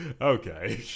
Okay